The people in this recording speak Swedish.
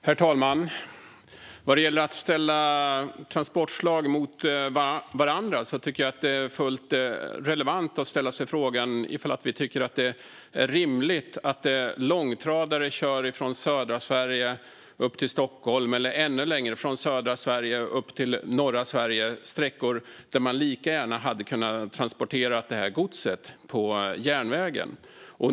Herr talman! Vad gäller att ställa transportslag mot varandra tycker jag att det är fullt relevant att ställa sig frågan om vi tycker att det är rimligt att långtradare kör från södra Sverige till Stockholm eller ännu längre, till norra Sverige - sträckor där man lika gärna hade kunnat transportera godset på järnväg.